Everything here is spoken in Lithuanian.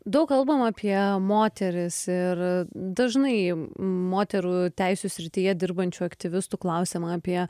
daug kalbama apie moteris ir dažnai moterų teisių srityje dirbančių aktyvistų klausiama apie